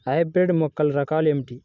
Hybrid మొక్కల రకాలు ఏమిటి?